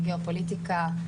גיאו-פוליטיקה,